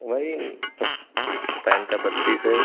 वही पैन्ट का बत्तिस है